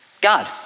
God